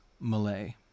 malay